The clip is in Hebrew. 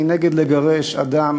אני נגד גירוש אדם